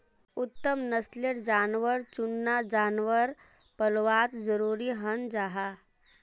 उत्तम नस्लेर जानवर चुनना जानवर पल्वात ज़रूरी हं जाहा